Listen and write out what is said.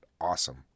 awesome